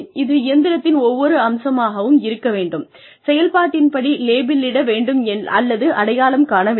இது இயந்திரத்தின் ஒவ்வொரு அம்சமாகவும் இருக்க வேண்டும் செயல்பாட்டின் படி லேபிளிட வேண்டும் அல்லது அடையாளம் காண வேண்டும்